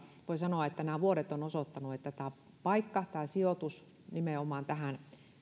voi sanoa että nämä vuodet ovat osoittaneet että tämä paikka tämä sijoitus nimenomaan